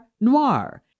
noir